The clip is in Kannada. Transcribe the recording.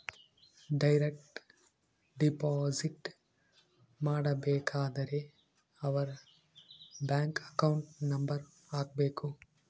ಡೈರೆಕ್ಟ್ ಡಿಪೊಸಿಟ್ ಮಾಡಬೇಕಾದರೆ ಅವರ್ ಬ್ಯಾಂಕ್ ಅಕೌಂಟ್ ನಂಬರ್ ಹಾಕ್ಬೆಕು